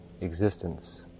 existence